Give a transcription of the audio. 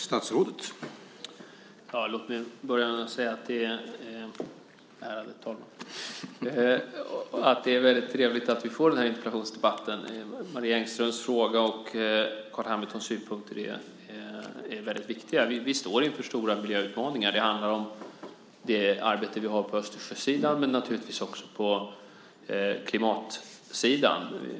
Herr talman! Låt mig börja med att säga att det är väldigt trevligt att vi får den här interpellationsdebatten. Marie Engströms fråga och Carl Hamiltons synpunkter är väldigt viktiga. Vi står inför stora miljöutmaningar. Det handlar om det arbete vi har på Östersjösidan men naturligtvis också på klimatsidan.